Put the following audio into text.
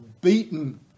beaten